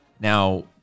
Now